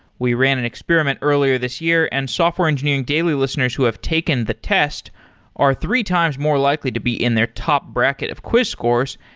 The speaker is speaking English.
we ran an experiment earlier this year and software engineering daily listeners who have taken the test are three times more likely to be in their top bracket of quiz scores.